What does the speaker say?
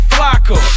Flocka